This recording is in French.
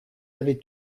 avait